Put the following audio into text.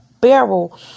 barrel